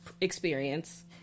experience